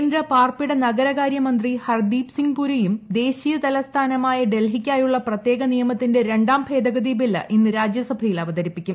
കേന്ദ്ര പാർപ്പിട നഗരകാര്യ മന്ത്രി ഹർദ്ദീപ് സിംഗ് പുരിയും ദേശീയ തലസ്ഥാനമായ ഡൽഹിക്കായുള്ള പ്രത്യേക നിയമത്തിന്റെ രണ്ടാം ഭേദഗതി ബില്ലും ഇന്ന് രാജ്യസഭയിൽ അവതരിപ്പിക്കും